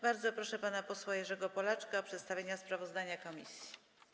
Bardzo proszę pana posła Jerzego Polaczka o przedstawienie sprawozdania komisji.